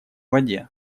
воде